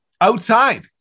Outside